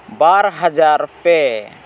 ᱵᱨ ᱦᱟᱡᱟᱨ ᱯᱮ